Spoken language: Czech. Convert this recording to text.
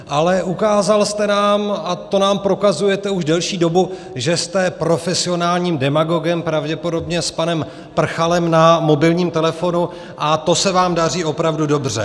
Ale ukázal jste nám a to nám prokazujete už delší dobu že jste profesionálním demagogem, pravděpodobně s panem Prchalem na mobilním telefonu, a to se vám daří opravdu dobře.